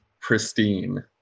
pristine